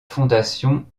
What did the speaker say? fondation